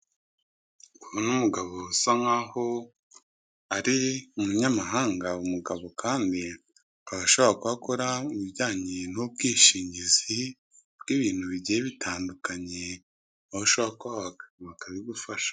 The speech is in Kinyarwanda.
Ndi kubona umugabo usa nkaho ari umunyamahanga, umugabo kandi akaba ashobora gukora ibijyanye n'ubwishingizi bw'ibintu bigiye bitandukanye, aho ushora bakabigufasha.